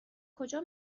کجا